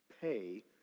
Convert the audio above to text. pay